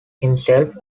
himself